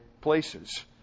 places